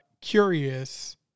curious